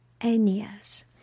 Aeneas